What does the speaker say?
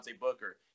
Booker